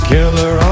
Killer